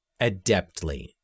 adeptly